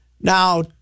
Now